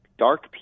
Dark